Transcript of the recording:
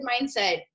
mindset